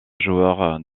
joueurs